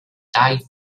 tall